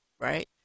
right